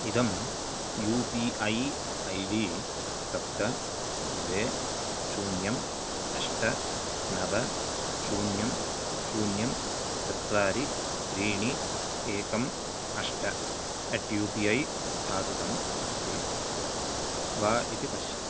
इदं U P I I D सप्त द्वे शून्यं अष्ट नव शून्यं शून्यं चत्वारि त्रीणि एकम् अष्ट अट् यू पी ऐ सत्यापितम् अस्ति वा इति पश्य